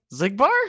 Zigbar